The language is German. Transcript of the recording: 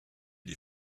die